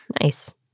Nice